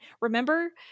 Remember